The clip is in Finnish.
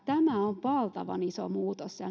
tämä on valtavan iso muutos